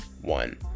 one